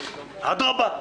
אדרבה,